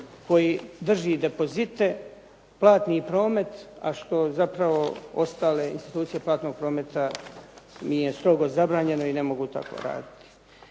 koji drži depozite, platni promet, a što zapravo ostale institucije platnog prometa im je strogo zabranjeno i ne mogu tako raditi.